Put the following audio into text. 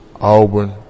Auburn